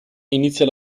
inizia